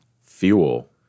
fuel